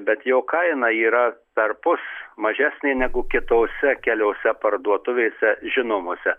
bet jo kaina yra perpus mažesnė negu kitose keliose parduotuvėse žinomose